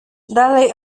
dalej